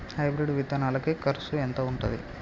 Hybrid విత్తనాలకి కరుసు ఎంత ఉంటది?